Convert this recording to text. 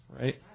right